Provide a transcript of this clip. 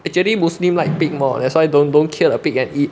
actually muslim like pig more that's why don't don't kill the pig and eat